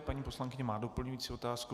Paní poslankyně má doplňující otázku.